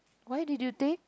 why did you take